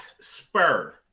spur